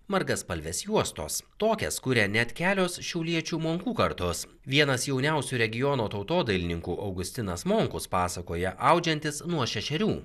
margaspalvės juostos tokias kuria net kelios šiauliečių monkų kartos vienas jauniausių regiono tautodailininkų augustinas monkus pasakoja audžiantis nuo šešerių